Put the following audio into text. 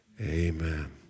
amen